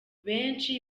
benshi